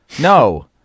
No